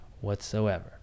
whatsoever